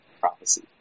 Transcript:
prophecy